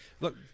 Look